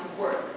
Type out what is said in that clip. work